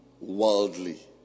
worldly